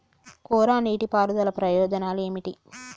కోరా నీటి పారుదల ప్రయోజనాలు ఏమిటి?